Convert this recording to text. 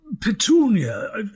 Petunia